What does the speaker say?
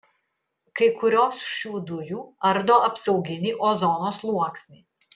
kai kurios šių dujų ardo apsauginį ozono sluoksnį